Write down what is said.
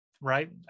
right